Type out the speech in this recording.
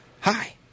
Hi